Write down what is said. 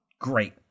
Great